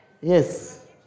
Yes